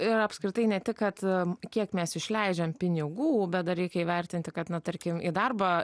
ir apskritai ne tik kad kiek mes išleidžiam pinigų bet dar reikia įvertinti kad na tarkim į darbą